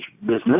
business